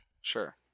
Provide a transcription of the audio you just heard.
Sure